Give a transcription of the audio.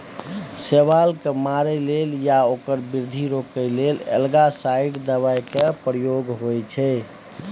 शैबाल केँ मारय लेल या ओकर बृद्धि रोकय लेल एल्गासाइड दबाइ केर प्रयोग होइ छै